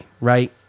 right